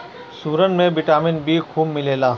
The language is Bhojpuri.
सुरन में विटामिन बी खूब मिलेला